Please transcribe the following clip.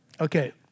Okay